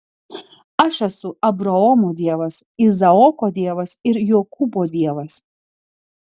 aš esu abraomo dievas izaoko dievas ir jokūbo dievas